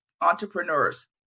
entrepreneurs